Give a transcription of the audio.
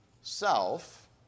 self